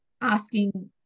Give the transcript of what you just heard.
asking